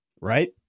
Right